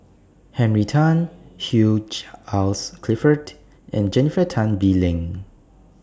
Henry Tan Hugh Charles Clifford and Jennifer Tan Bee Leng